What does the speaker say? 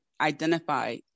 identify